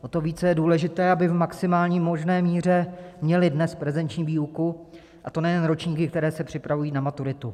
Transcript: O to více je důležité, aby v maximální možné míře měli dnes prezenční výuku, a to nejen ročníky, které se připravují na maturitu.